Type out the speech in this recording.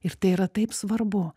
ir tai yra taip svarbu